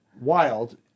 wild